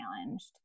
challenged